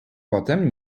potem